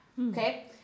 okay